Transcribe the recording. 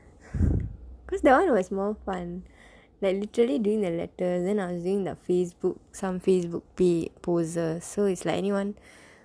cause that one was more fun like literally doing the letters then I was doing the facebook some facebook pa~ poses so it's like anyone